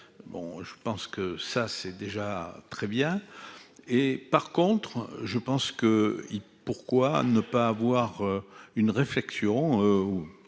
bon, je pense que ça c'est déjà très bien et, par contre, je pense que y'pourquoi ne pas avoir une réflexion